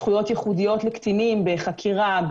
זכויות ייחודיות לקטינים בחקירה,